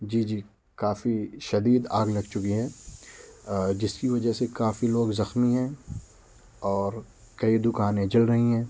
جی جی کافی شدید آگ لگ چکی ہے جس کی وجہ سے جیسے کافی لوگ زخمی ہیں اور کئی دکانیں جل رہی ہیں